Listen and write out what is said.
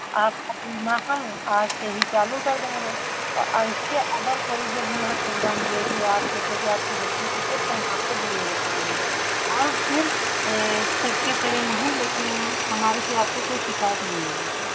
आपका बीमा है आज से ही चालू कर देंगे और इसके अदर कोई जो भी मतलब सुविधा मिलेगी आपके फिर तो आपके बच्चों को तो हम आपको जरूर बताएंगे और फिर सबके तरह नहीं लेकिन हमारे से आपको कोई शिकायत नहीं मिलेगा